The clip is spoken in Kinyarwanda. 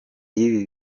y’ibi